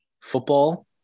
football